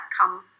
come